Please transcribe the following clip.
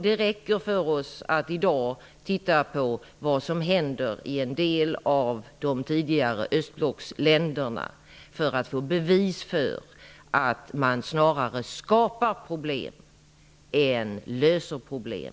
Det räcker för oss att i dag titta på vad som händer i en del av de tidigare östblocksländerna för att få bevis för att man med förbud snarare skapar än löser problem.